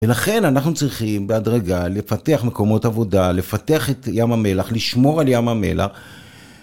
ולכן אנחנו צריכים בהדרגה לפתח מקומות עבודה, לפתח את ים המלח, לשמור על ים המלח.